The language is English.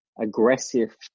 aggressive